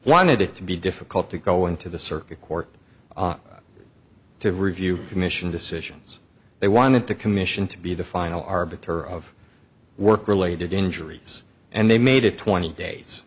wanted it to be difficult to go into the circuit court to review commission decisions they wanted to commission to be the final arbiter of work related injuries and they made it twenty